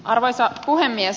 arvoisa puhemies